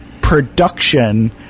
production